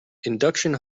induction